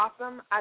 awesome